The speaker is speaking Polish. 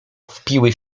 wpiły